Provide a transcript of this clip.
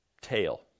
tail